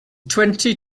twenty